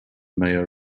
mayo